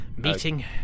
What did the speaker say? Meeting